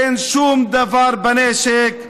אין שום דבר בנשק.